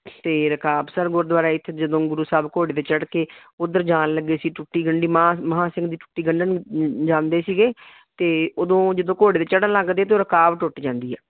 ਅਤੇ ਰਕਾਬਸਰ ਗੁਰਦੁਆਰਾ ਇੱਥੇ ਜਦੋਂ ਗੁਰੂ ਸਾਹਿਬ ਘੋੜੇ 'ਤੇ ਚੜ੍ਹ ਕੇ ਉੱਧਰ ਜਾਣ ਲੱਗੇ ਸੀ ਟੁੱਟੀ ਗੰਢੀ ਮਾਂ ਮਹਾਂ ਸਿੰਘ ਦੀ ਟੁੱਟੀ ਗੰਢਣ ਜਾਂਦੇ ਸੀਗੇ ਤਾਂ ਉਦੋਂ ਜਦੋਂ ਘੋੜੇ 'ਤੇ ਚੜ੍ਹਨ ਲੱਗਦੇ ਤਾਂ ਉਹ ਰਕਾਬ ਟੁੱਟ ਜਾਂਦੀ ਆ